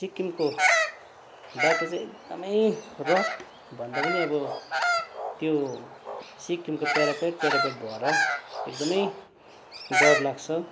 सिक्किमको बाटो चाहिँ एकदमै रफ भन्दा पनि अब त्यो सिक्किमको प्याराप्याड प्याराप्याड भएर एकदमै डर लाग्छ